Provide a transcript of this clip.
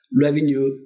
revenue